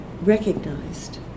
recognized